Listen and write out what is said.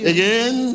Again